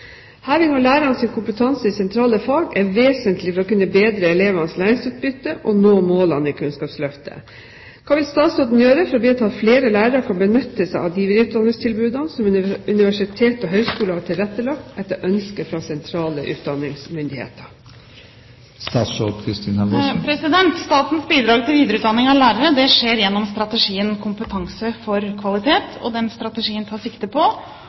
matematikk og språk. Heving av lærernes kompetanse i sentrale fag er vesentlig for å kunne bedre elevenes læringsutbytte og nå målene i Kunnskapsløftet. Hva vil statsråden gjøre for å bidra til at flere lærere kan benytte seg av de videreutdanningstilbudene som universiteter og høyskoler har tilrettelagt etter ønske fra sentrale utdanningsmyndigheter?» Statens bidrag til videreutdanning av lærere skjer gjennom strategien «Kompetanse for kvalitet». Den strategien tar sikte på